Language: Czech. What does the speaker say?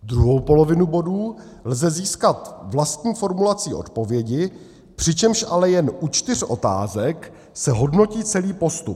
Druhou polovinu bodů lze získat vlastní formulací odpovědi, přičemž ale jen u čtyř otázek se hodnotí celý postup.